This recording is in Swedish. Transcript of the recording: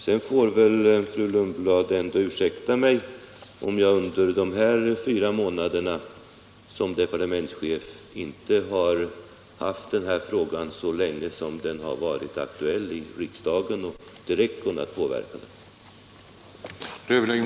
Sedan får väl fru Lundblad ändå ursäkta mig om jag under de fyra månader som jag varit departementschef inte har haft hand om den här frågan och direkt kunnat påverka den lika länge som den har varit aktuell i riksdagen.